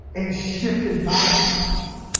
and shifted my focus.